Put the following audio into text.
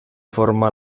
forma